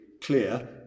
clear